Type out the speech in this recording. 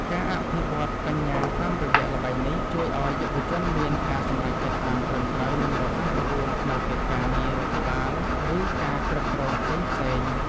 ការអភិវឌ្ឍបញ្ញាតាមរយៈល្បែងនេះជួយឱ្យយុវជនមានការសម្រេចចិត្តបានត្រឹមត្រូវនិងរហ័សរហួនក្នុងកិច្ចការងាររដ្ឋបាលឬការគ្រប់គ្រងផ្សេងៗ។